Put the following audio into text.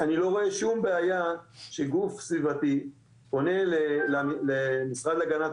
אני לא רואה שום בעיה שגוף סביבתי פונה למשרד להגנת